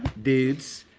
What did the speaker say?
dudes.